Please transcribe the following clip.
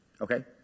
Okay